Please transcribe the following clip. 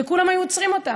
וכולם היו עוצרים אותה,